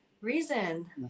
reason